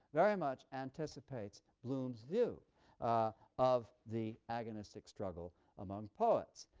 very much anticipates bloom's view of the agonistic struggle among poets.